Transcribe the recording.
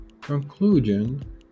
Conclusion